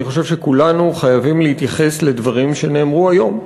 אני חושב שכולנו חייבים להתייחס לדברים שנאמרו היום.